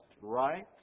right